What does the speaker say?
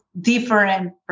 different